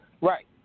Right